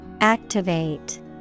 Activate